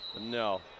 No